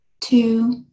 two